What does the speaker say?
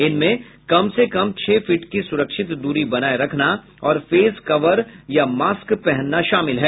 इनमें कम से कम छह फीट की सुरक्षित दूरी बनाए रखना और फेस कवर या मास्क पहनना शामिल है